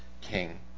king